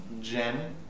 Jen